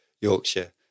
Yorkshire